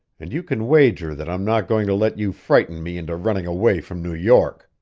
and you can wager that i'm not going to let you frighten me into running away from new york!